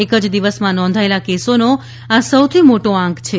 એક દિવસમાં નોંધાયેલા કેસોનો આ સૌથી મોટો આંક છે